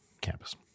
campus